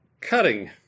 cutting